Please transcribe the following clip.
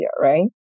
right